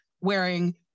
wearing